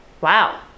wow